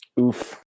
Oof